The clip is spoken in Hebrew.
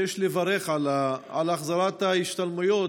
שיש לברך על החזרת ההשתלמויות,